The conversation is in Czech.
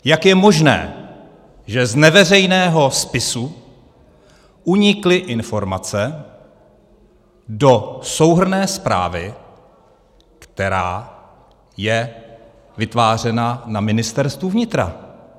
Jak je možné, že z neveřejného spisu unikly informace do souhrnné zprávy, která je vytvářena na Ministerstvu vnitra?